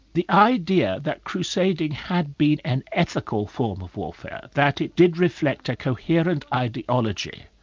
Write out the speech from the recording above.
the idea that crusading had been an ethical form of warfare, that it did reflect a coherent ideology,